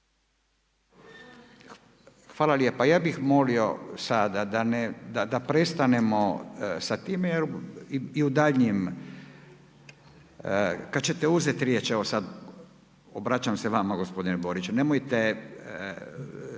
Hvala lijepa. Ja bih molio sada da prestanemo sa time jel u daljnjem jel kada ćete uzeti riječ evo sada obraćam se vama gospodine Boriću nemojte